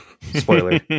Spoiler